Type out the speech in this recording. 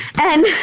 and